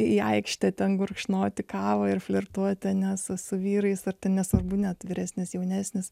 į aikštę ten gurkšnoti kavą ir flirtuoti ane su su vyrais ar ten nesvarbu net vyresnis jaunesnis